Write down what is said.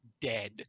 dead